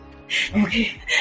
Okay